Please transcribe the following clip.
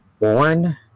Born